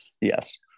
Yes